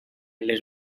les